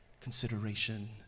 consideration